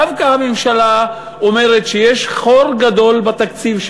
דווקא הממשלה אומרת שיש חור גדול בתקציב,